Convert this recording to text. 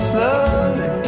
Slowly